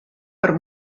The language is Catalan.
per